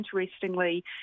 interestingly